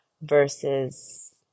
versus